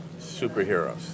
superheroes